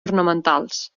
ornamentals